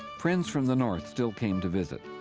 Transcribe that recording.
friends from the north still came to visit.